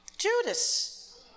Judas